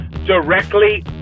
Directly